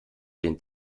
den